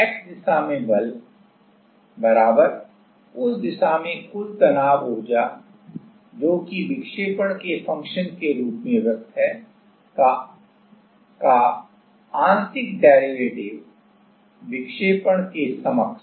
प्रमेय का कहना है कि x दिशा में बल उस दिशा में कुल तनाव ऊर्जा जो कि विक्षेपण के फंक्शन के रूप में व्यक्त है का आंशिक डेरिवेटिव विक्षेपण के समक्ष